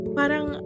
parang